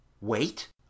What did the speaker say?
wait